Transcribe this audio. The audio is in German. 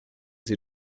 sie